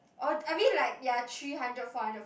oh I mean like ya three hundred four hundred five hundred